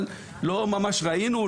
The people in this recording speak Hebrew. אבל לא ממש ראינו,